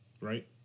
right